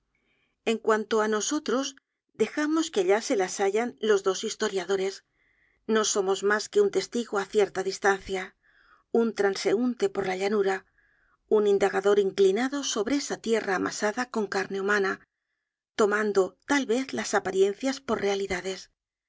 en cuanto á nosotros dejamos que allá se las hayan los dos historiadores no somos mas que un testigo á cierta distancia un transeunte por la llanura un indagador inclinado sobre esa tierra amasada con carne humana tomando tal vez las apariencias por realidades